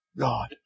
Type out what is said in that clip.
God